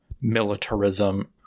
militarism